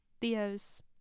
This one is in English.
Theo's